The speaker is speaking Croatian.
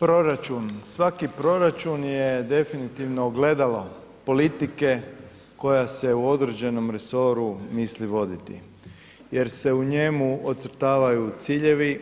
Proračun, svaki proračun je definitivno ogledalo politike koja se u određenom resoru misli voditi jer se u njemu ocrtavaju ciljevi,